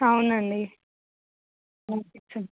అవునండి